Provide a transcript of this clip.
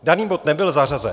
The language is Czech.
Daný bod nebyl zařazen.